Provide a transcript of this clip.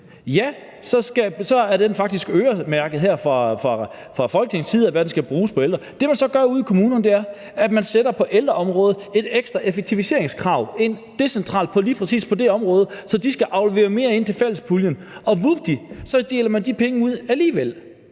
ja, så er den faktisk øremærket her fra Folketingets side til, at den skulle bruges på ældre. Det, man så gør ude i kommunerne, er, at man på ældreområdet sætter et ekstra effektiviseringskrav ind decentralt på lige præcis det område, så de skal aflevere mere ind til fællespuljen. Og vupti, så deler man de penge ud alligevel.